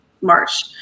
March